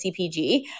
CPG